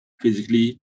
physically